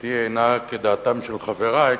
דעתי אינה כדעתם של חברי,